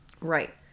Right